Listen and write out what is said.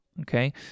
okay